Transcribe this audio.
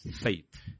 faith